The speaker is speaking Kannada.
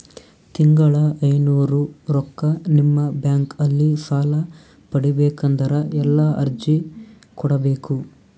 ತಿಂಗಳ ಐನೂರು ರೊಕ್ಕ ನಿಮ್ಮ ಬ್ಯಾಂಕ್ ಅಲ್ಲಿ ಸಾಲ ಪಡಿಬೇಕಂದರ ಎಲ್ಲ ಅರ್ಜಿ ಕೊಡಬೇಕು?